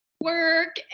work